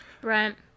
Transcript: Brent